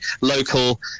local